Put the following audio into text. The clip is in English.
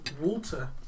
water